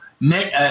Nick